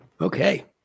Okay